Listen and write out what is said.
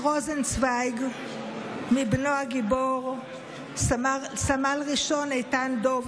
רוזנצוויג מבנו הגיבור סמל ראשון איתן דב,